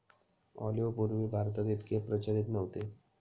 olive पूर्वी भारतात इतके प्रचलित नव्हते